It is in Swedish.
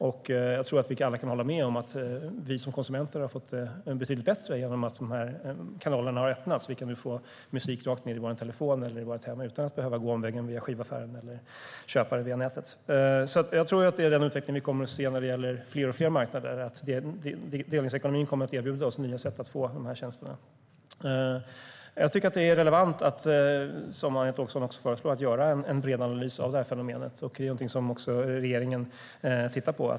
Vi kan nog alla hålla med om att vi som konsumenter har fått det betydligt bättre genom att dessa kanaler har öppnats. Vi kan nu få musik rakt ned i våra telefoner och i våra hem utan att behöva gå omvägen via skivaffären eller köpa den via nätet. Jag tror att det är denna utveckling som vi kommer att se när det gäller fler och fler marknader. Delningsekonomin kommer att erbjuda oss nya sätt att få dessa tjänster. Det är relevant, som Anette Åkesson också föreslår, att göra en bred analys av detta fenomen. Det är någonting som också regeringen tittar på.